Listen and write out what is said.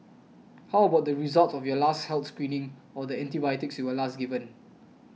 how about the results of your last health screening or the antibiotics you were last given